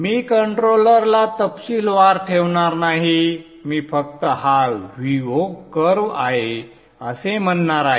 मी कंट्रोलरला तपशीलवार ठेवणार नाही मी फक्त हा Vo कर्व आहे असे म्हणणार आहे